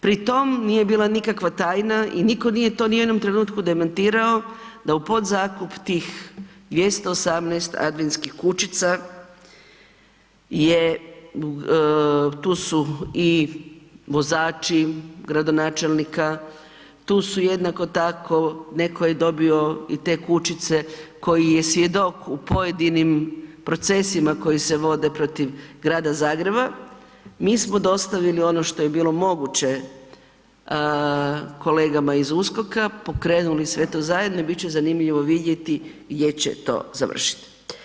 Pri tom nije bila nikakva tajna i niko nije to ni u jednom trenutku demantirao da u podzakup tih 218 adventskih kućica je, tu su i vozači gradonačelnika, tu su jednako tako, neko je dobio i te kućice koji je svjedok u pojedinim procesima koji se vode protiv Grada Zagreba, mi smo dostavili ono što je bilo moguće kolegama iz USKOK-a, pokrenuli sve to zajedno i bit će zanimljivo vidjeti gdje će to završit.